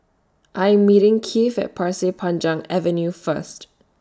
I Am meeting Kieth At Pasir Panjang Avenue First